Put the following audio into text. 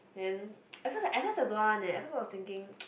then at first at first I don't want one leh at first I was thinking